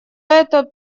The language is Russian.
это